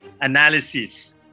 analysis